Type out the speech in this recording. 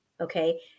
Okay